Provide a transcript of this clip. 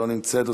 לא נמצאת,